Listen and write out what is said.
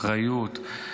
אחריות,